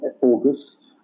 August